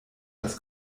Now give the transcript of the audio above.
das